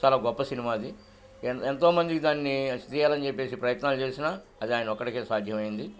చాలా గొప్ప సినిమా అది ఎ ఎంతోమందికి దాన్ని స్త్రిాలని చెప్పేసి ప్రయత్నాలు చేసినా అది ఆయన ఒక్కడికే సాధ్యమైంది